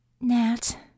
Nat